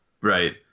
Right